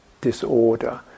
disorder